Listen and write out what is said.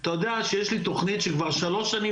אתה יודע שיש לי תוכנית שכבר שלוש שנים